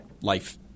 life